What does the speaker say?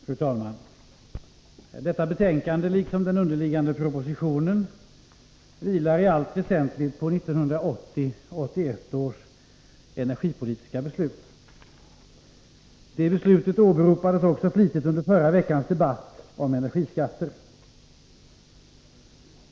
Fru talman! Detta betänkande, liksom den underliggande propositionen, vilar i allt väsentligt på 1981 års energipolitiska beslut. Det beslutet åberopades också flitigt under förra veckans debatt om energiskatter.